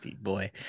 boy